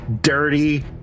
Dirty